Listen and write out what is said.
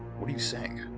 what are you saying?